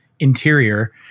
interior